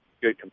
good